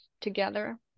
together